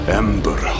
ember